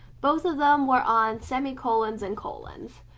both of them were on semicolons and colons,